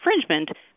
infringement